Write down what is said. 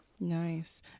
nice